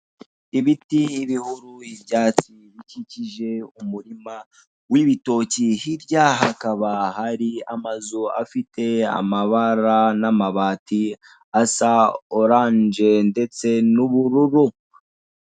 Ibiti, ibihuru, ibyatsi, ibidukikije, umurima w'ibitoki hirya hakaba hari amazu afite amabara n'amabati asa oranje ndetse n'ubururu.